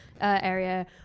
area